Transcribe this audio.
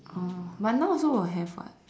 oh but now also will have [what]